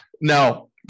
No